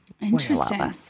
interesting